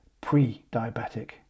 pre-diabetic